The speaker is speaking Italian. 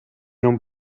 non